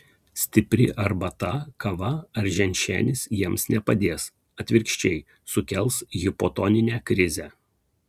stipri arbata kava ar ženšenis jiems nepadės atvirkščiai sukels hipotoninę krizę